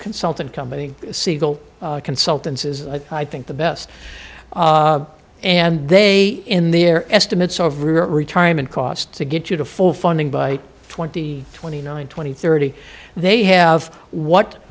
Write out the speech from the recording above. consulting company siegel consultants is i think the best and they in their estimates of retirement cost to get you to full funding by twenty twenty nine twenty thirty they have what